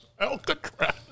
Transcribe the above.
Alcatraz